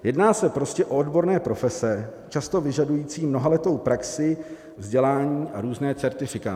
Jedná se prostě o odborné profese často vyžadující mnohaletou praxi, vzdělání a různé certifikáty.